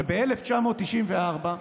שב-1994,